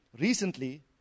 recently